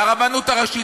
והרבנות הראשית,